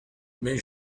mais